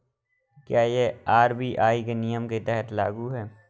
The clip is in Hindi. क्या यह आर.बी.आई के नियम के तहत लागू है?